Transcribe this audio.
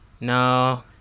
no